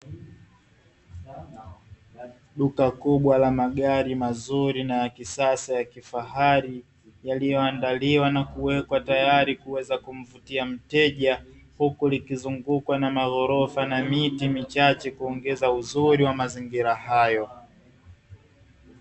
Duka kubwa la magari mazuri na ya kisasa ya kifahari; yaliyoandaliwa na kuwekwa tayari kuweza kumvutia mteja, huku likizungukwa na magorofa na miti michache, kuongeza uzuri wa mazingira hayo.